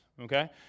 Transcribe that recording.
okay